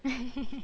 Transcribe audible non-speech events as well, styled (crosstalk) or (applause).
(laughs)